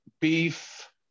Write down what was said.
beef